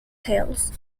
tales